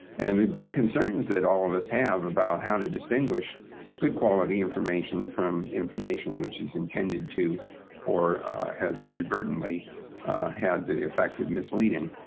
and the big concerns that all of us have about how to distinguish good quality information from information which is intended to or has inadvertently had the effect of misleading,